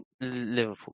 Liverpool